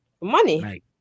money